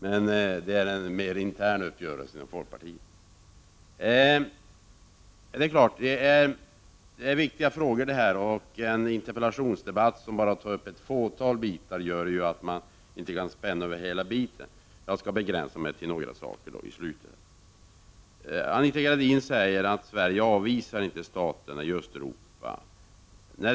Men det är en mer intern uppgörelse inom folkpartiet. Det är viktiga frågor som det nu handlar om, och i en interpellationsdebatt som bara tar upp ett fåtal bitar kan man inte spänna över hela fältet. Jag skall begränsa mig till några saker. Anita Gradin säger att Sverige inte avvisar staterna i Östeuropa.